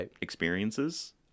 experiences